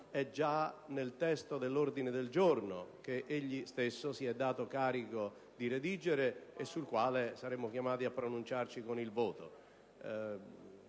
è già nel testo dell'ordine del giorno che egli stesso si è dato carico di redigere e sul quale saremo chiamati a pronunciarci con il voto.